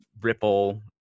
ripple